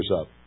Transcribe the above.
up